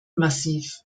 massiv